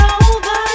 over